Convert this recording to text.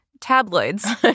Tabloids